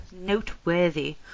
noteworthy